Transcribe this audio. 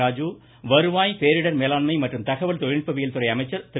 ராஜு வருவாய் பேரிடர் மேலாண்மை மற்றும் தகவல் தொழில்நுட்பவியல் துறை அமைச்சர் திரு